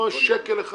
פה זה שקל אחד.